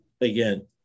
Again